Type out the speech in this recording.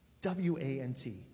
W-A-N-T